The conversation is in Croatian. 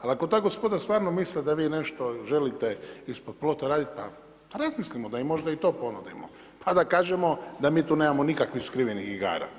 Ali ako ta gospoda stvarno misle da vi nešto želi te ispod plota raditi, pa razmislimo da im možda i to ponudimo, a da kažemo da mi tu nemamo nikakvih skrivenih igara.